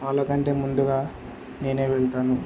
వాళ్ళకంటే ముందుగా నేనే వెళ్తాను